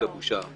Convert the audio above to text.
הבושה.